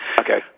Okay